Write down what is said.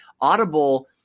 Audible